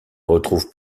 retrouve